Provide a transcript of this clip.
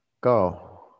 go